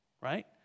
right